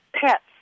pets